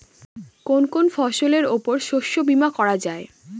কোন কোন ফসলের উপর শস্য বীমা করা যায়?